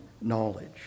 knowledge